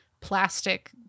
plastic